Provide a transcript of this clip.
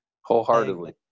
Wholeheartedly